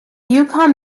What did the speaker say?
yukon